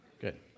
Good